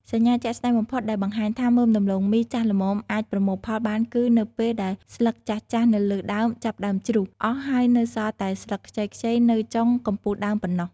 សញ្ញាជាក់ស្តែងបំផុតដែលបង្ហាញថាមើមដំឡូងមីចាស់ល្មមអាចប្រមូលផលបានគឺនៅពេលដែលស្លឹកចាស់ៗនៅលើដើមចាប់ផ្ដើមជ្រុះអស់ ហើយនៅសល់តែស្លឹកខ្ចីៗនៅចុងកំពូលដើមប៉ុណ្ណោះ។